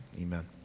Amen